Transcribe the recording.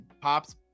pops